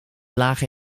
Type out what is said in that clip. lage